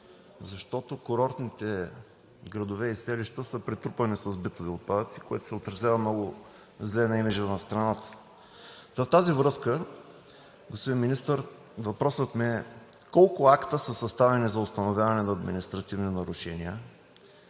защото курортните градове и селища са претрупани с битови отпадъци, което се отразява много зле на имиджа на страната. В тази връзка, господин Министър, въпросът ми е: колко акта са съставени за установяване на административни нарушения,